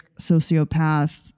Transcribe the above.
sociopath